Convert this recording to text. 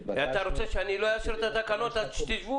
התבקשנו לאפשר 75%. אתה רוצה שאני לא אאשר את התקנות עד שתשבו?